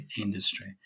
industry